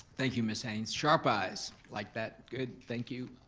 thank you, miss haynes. sharp eyes like that, good, thank you.